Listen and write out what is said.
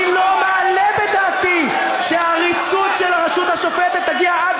אני לא מעלה בדעתי שהעריצות של הרשות השופטת תגיע עד